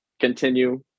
continue